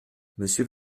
monsieur